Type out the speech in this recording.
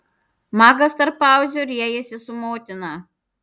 magas tarp pauzių riejasi su motina